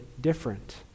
different